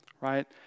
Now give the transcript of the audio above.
right